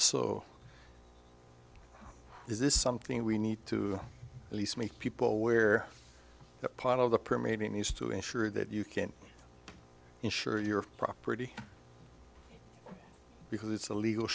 so is this something we need to at least make people aware that part of the permitting is to ensure that you can't insure your property because it's a legal